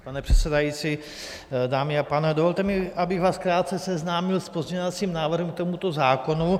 Pane předsedající, dámy a pánové, dovolte mi, abych vás krátce seznámil s pozměňovacím návrhem k tomuto zákonu.